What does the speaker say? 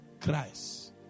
christ